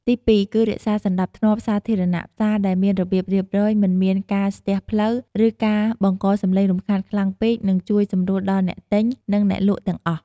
ទីពីរ គឺ រក្សាសណ្ដាប់ធ្នាប់សាធារណៈ ផ្សារដែលមានរបៀបរៀបរយ មិនមានការស្ទះផ្លូវ ឬការបង្កសំឡេងរំខានខ្លាំងពេក នឹងជួយសម្រួលដល់អ្នកទិញ និងអ្នកលក់ទាំងអស់។